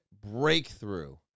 breakthrough